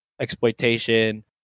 exploitation